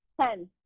Ten